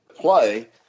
play